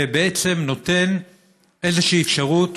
ובעצם נותן איזושהי אפשרות